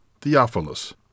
Theophilus